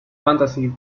fantasy